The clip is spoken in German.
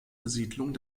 besiedlung